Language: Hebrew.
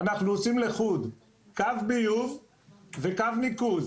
אנחנו עושים לחוד קו ביוב וקו ניקוז.